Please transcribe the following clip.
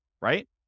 right